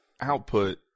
output